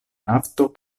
nafto